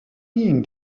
being